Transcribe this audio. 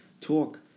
talk